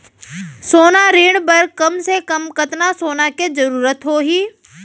सोना ऋण बर कम से कम कतना सोना के जरूरत होही??